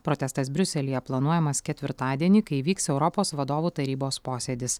protestas briuselyje planuojamas ketvirtadienį kai vyks europos vadovų tarybos posėdis